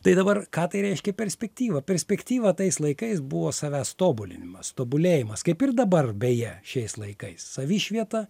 tai dabar ką tai reiškia perspektyva perspektyva tais laikais buvo savęs tobulinimas tobulėjimas kaip ir dabar beje šiais laikais savišvieta